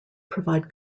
provide